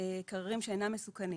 קררים שאינם מסוכנים.